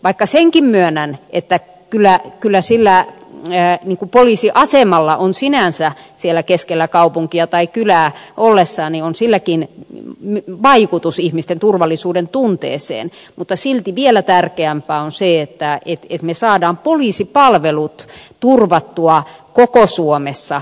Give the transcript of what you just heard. vaikka senkin myönnän että kyllä sillä poliisiasemalla on sinänsä siellä keskellä kaupunkia tai kylää ollessaan vaikutus ihmisten turvallisuudentunteeseen silti vielä tärkeämpää on se että me saamme poliisipalvelut turvattua koko suomessa